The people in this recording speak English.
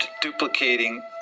duplicating